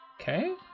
Okay